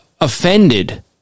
offended